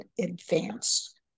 advanced